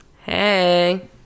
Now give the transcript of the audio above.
hey